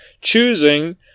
choosing